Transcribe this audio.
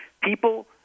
people